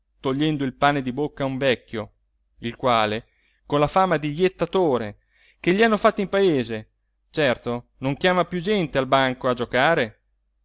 togliendo il pane di bocca a un vecchio il quale con la fama di jettatore che gli hanno fatta in paese certo non chiama più gente al banco a giocare